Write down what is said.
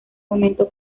momento